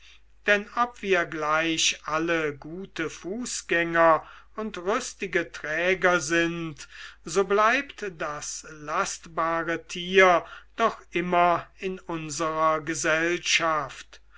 denn ob wir gleich alle gute fußgänger und rüstige träger sind so bleibt das lastbare tier doch immer in unserer gesellschaft